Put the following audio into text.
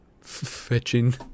Fetching